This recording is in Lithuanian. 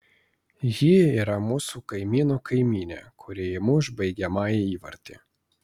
ji yra mūsų kaimyno kaimynė kuri įmuš baigiamąjį įvartį